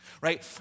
Right